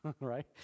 Right